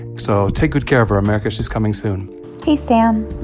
so take good care of her, america. she's coming soon hey, sam.